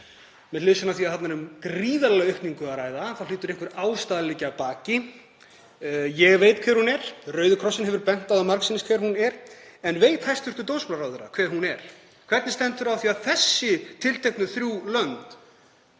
af því að þarna er um gríðarlega aukningu að ræða hlýtur einhver ástæða liggja að baki. Ég veit hver hún er. Rauði krossinn hefur bent á það margsinnis hver hún er, en veit hæstv. dómsmálaráðherra hver hún er? Hvernig stendur á því að þessi tilteknu þrjú lönd